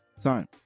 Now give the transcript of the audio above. time